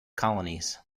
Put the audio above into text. colonies